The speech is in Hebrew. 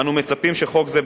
אנו מצפים שחוק זה,